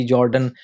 Jordan